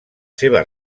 seves